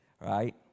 right